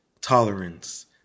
tolerance